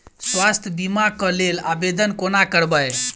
स्वास्थ्य बीमा कऽ लेल आवेदन कोना करबै?